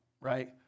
right